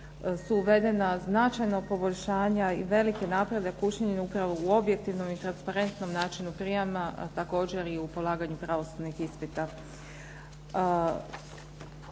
su uvedena značajna poboljšanja i veliki napredak učinjen je upravo u objektivnom transparentnom načinu prijama, također i u polaganju pravosudnih ispita.